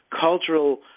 cultural